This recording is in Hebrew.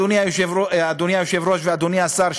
אדוני היושב-ראש ואדוני השר,